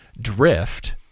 drift